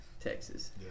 Texas